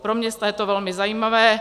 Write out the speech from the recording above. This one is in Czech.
Pro města je to velmi zajímavé.